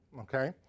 Okay